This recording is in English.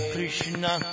Krishna